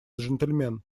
джентльмен